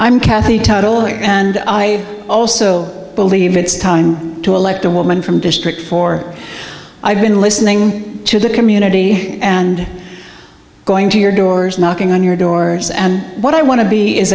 i'm kathy totally and i also believe it's time to elect a woman from district four i've been listening to the community and going to your doors knocking on your doors and what i want to be is